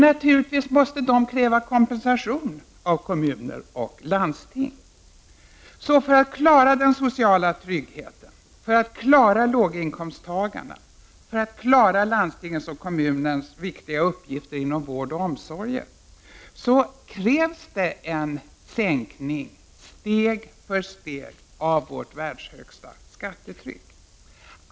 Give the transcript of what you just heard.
Naturligtvis måste de kräva kompensation av kommuner och landsting. För att klara den sociala tryggheten, för att klara låginkomsttagarna, för att klara landstingens och kommunernas viktiga uppgifter inom vården och omsorgen krävs en sänkning, steg för steg, av vårt världshögsta skattetryck.